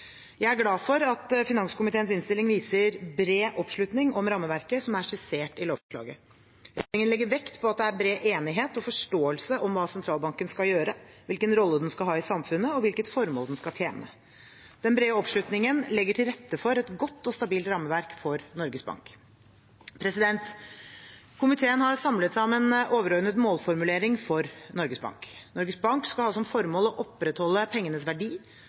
Jeg er glad for at finanskomiteens innstilling viser bred oppslutning om rammeverket som er skissert i lovforslaget. Regjeringen legger vekt på at det er bred enighet om og forståelse av hva sentralbanken skal gjøre, hvilken rolle den skal ha i samfunnet, og hvilket formål den skal tjene. Den brede oppslutningen legger til rette for et godt og stabilt rammeverk for Norges Bank. Komiteen har samlet seg om en overordnet målformulering for Norges Bank. Norges Bank skal ha som formål å opprettholde pengenes verdi,